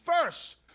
first